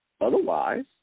Otherwise